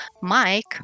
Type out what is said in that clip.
Mike